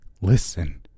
listen